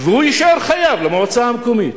והוא יישאר חייב למועצה המקומית.